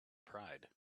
pride